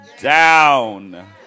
down